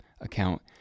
account